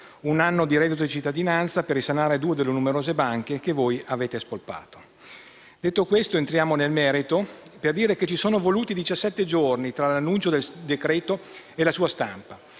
un anno di reddito di cittadinanza per risanare due delle numerose banche che voi avete spolpato. Detto questo, entriamo nel merito, per dire che ci sono voluti diciassette giorni tra l'annuncio del decreto-legge e la sua